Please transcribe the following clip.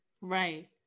Right